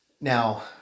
Now